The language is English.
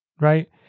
right